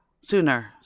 sooner